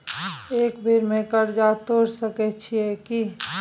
एक बेर में कर्जा तोर सके छियै की?